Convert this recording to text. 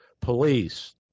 police